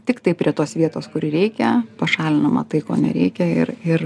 tiktai prie tos vietos kur reikia pašalinama tai ko nereikia ir ir